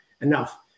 enough